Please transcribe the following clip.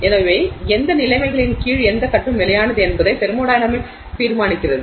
எனவே எந்த நிலைமைகளின் கீழ் எந்த கட்டம் நிலையானது என்பதை தெர்மோடையனமிக்ஸ் தீர்மானிக்கிறது